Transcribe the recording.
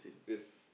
yes